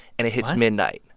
and it hits midnight,